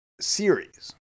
series